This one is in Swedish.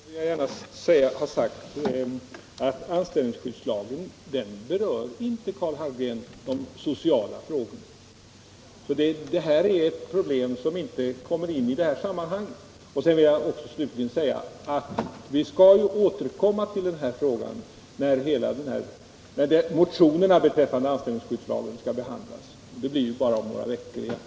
Herr talman! För det första vill jag säga att anställningsskyddslagen inte berör de sociala förmånerna, så det här problemet kommer inte in i det sammanhanget. För det andra vill jag säga att vi skall återkomma till den här frågan när motionerna beträffande anställningsskyddslagen skall behandlas. Det dröjer ju bara några veckor till dess.